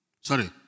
sorry